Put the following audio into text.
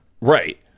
Right